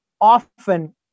Often